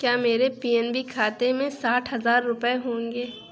کیا میرے P N B کھاتے میں ساٹھ ہزار روپے ہوں گے